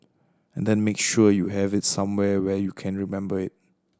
and then make sure you have it somewhere where you can remember it